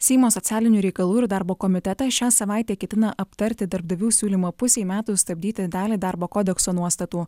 seimo socialinių reikalų ir darbo komitetas šią savaitę ketina aptarti darbdavių siūlymą pusei metų stabdyti dalį darbo kodekso nuostatų